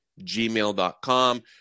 gmail.com